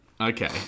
Okay